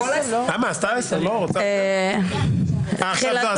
אני מכריז על התוצאות 2 בעד, 8 נגד, אחד נמנע.